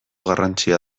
garrantzia